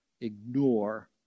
ignore